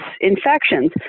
infections